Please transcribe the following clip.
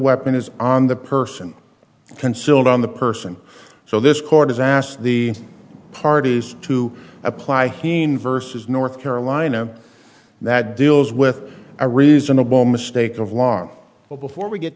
weapon is on the person concealed on the person so this court has asked the parties to apply heenan versus north carolina that deals with a reasonable mistake of long before we get